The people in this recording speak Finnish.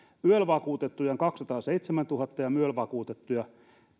yel vakuutettuja on kaksisataaseitsemäntuhatta ja myel vakuutettuja